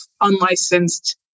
unlicensed